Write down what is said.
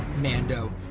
mando